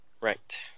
Right